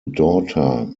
daughter